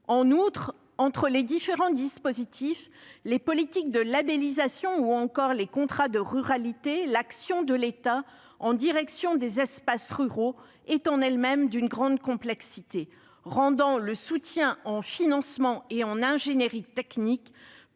En outre, entre les différents dispositifs, les politiques de labellisation ou encore les contrats de ruralité, l'action de l'État en direction des espaces ruraux est en elle-même d'une grande complexité, ce qui rend le soutien en financement et en ingénierie technique